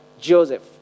Joseph